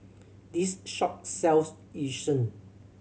this shop sells Yu Sheng